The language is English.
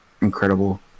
incredible